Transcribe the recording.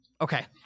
Okay